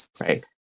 right